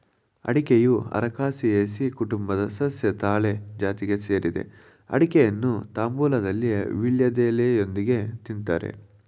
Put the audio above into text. ಅಡಿಕೆಯು ಅರಕಾಸಿಯೆಸಿ ಕುಟುಂಬದ ಸಸ್ಯ ತಾಳೆ ಜಾತಿಗೆ ಸೇರಿದೆ ಅಡಿಕೆಯನ್ನು ತಾಂಬೂಲದಲ್ಲಿ ವೀಳ್ಯದೆಲೆಯೊಂದಿಗೆ ತಿನ್ತಾರೆ